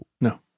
No